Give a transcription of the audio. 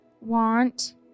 want